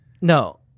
no